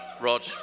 Rog